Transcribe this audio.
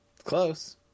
close